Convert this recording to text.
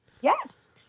Yes